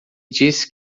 disse